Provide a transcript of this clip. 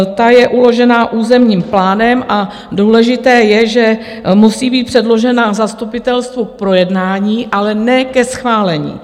Ta je uložena územním plánem a důležité je, že musí být předložena zastupitelstvu k projednání, ale ne ke schválení.